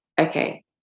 okay